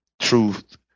truth